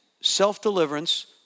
self-deliverance